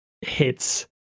hits